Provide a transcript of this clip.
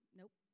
nope